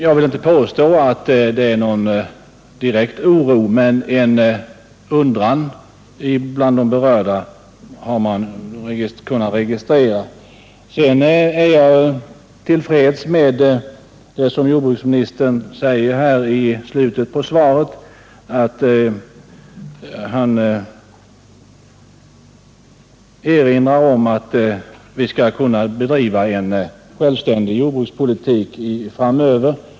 Jag vill inte påstå att det finns någon direkt oro, men en Nr 120 Tisdagen den 5 21 november 1972 Svaret där han erinrar om att vi skall kunna bedriva en självständig — jordbrukspolitik framöver. Det hoppas jag att vi skall kunna göra, men Ang. utlokalise undran bland de berörda har man kunnat registrera.